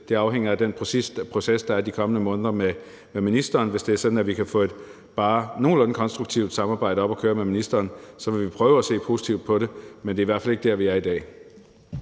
Det afhænger af den proces, der er de kommende måneder med ministeren. Hvis det er sådan, at vi kan få et bare nogenlunde konstruktivt samarbejde op at køre med ministeren, så vil vi prøve at se positivt på det – men det er i hvert fald ikke dér, vi er i dag.